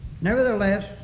Nevertheless